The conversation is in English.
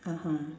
(uh huh)